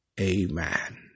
Amen